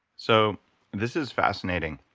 so this is fascinating.